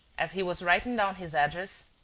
as he was writing down his address,